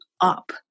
up